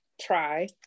try